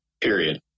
period